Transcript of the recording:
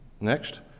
Next